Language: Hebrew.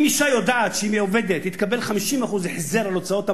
אם אשה יודעת שאם היא עובדת היא תקבל 50% החזר על הוצאות המעון,